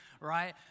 right